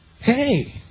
Hey